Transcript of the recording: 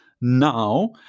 now